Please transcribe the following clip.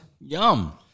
Yum